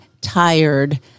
tired